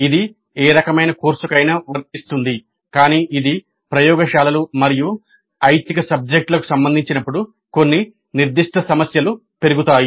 ఇది ఏ రకమైన కోర్సుకైనా వర్తిస్తుంది కానీ ఇది ప్రయోగశాలలు మరియు ఐచ్ఛిక సబ్జెక్టులకు సంబంధించినప్పుడు కొన్ని నిర్దిష్ట సమస్యలు పెరుగుతాయి